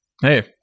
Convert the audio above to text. Hey